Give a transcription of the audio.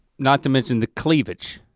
not to mention the cleavage.